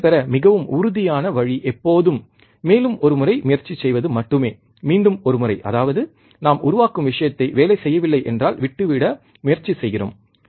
வெற்றிபெற மிகவும் உறுதியான வழி எப்போதும் மேலும் ஒரு முறை முயற்சி செய்வது மட்டுமே மீண்டும் ஒரு முறை அதாவது நாம் உருவாக்கும் விஷயத்தை வேலை செய்ய வில்லை என்றால் விட்டுவிட முயற்சி செய்கிறோம்